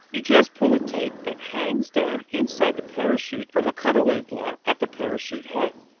you just pull a tape that hangs down inside the parachute from a cutaway-block at the parachute head.